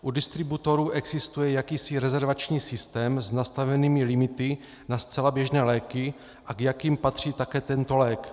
U distributorů existuje jakýsi rezervační systém s nastavenými limity na zcela běžné léky, k jakým patří také tento lék.